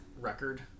record